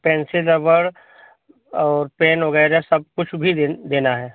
pencil रबड़ और pen वग़ैरह सब कुछ भी दे देना है